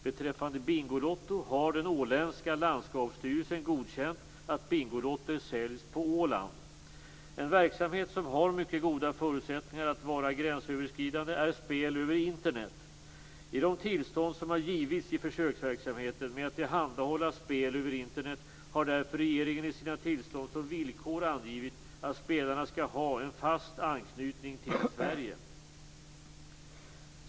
Beträffande Bingolotto har den åländska landskapsstyrelsen godkänt att Bingolotter säljs på Åland. En verksamhet som har mycket goda förutsättningar att vara gränsöverskridande är spel över Internet. I de tillstånd som har givits i försöksverksamheten med att tillhandahålla spel över Internet, har därför regeringen i sina tillstånd som villkor angivit att spelarna skall ha en fast anknytning till Sverige.